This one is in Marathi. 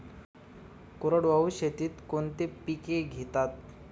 कोरडवाहू शेतीत कोणती पिके घेतात?